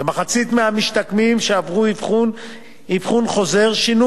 כמחצית המשתקמים שעברו אבחון חוזר שינו